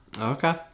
Okay